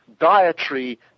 dietary